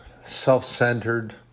self-centered